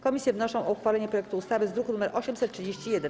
Komisje wnoszą o uchwalenie projektu ustawy z druku nr 831.